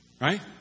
Right